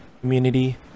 community